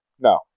No